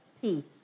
peace